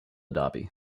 derby